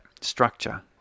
Structure